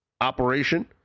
operation